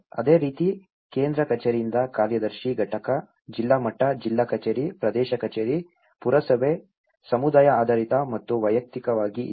ಅದೇ ರೀತಿ ಕೇಂದ್ರ ಕಚೇರಿಯಿಂದ ಕಾರ್ಯದರ್ಶಿ ಘಟಕ ಜಿಲ್ಲಾ ಮಟ್ಟ ಜಿಲ್ಲಾ ಕಚೇರಿ ಪ್ರದೇಶ ಕಚೇರಿ ಪುರಸಭೆ ಸಮುದಾಯ ಆಧಾರಿತ ಮತ್ತು ವೈಯಕ್ತಿಕವಾಗಿ ಇದೆ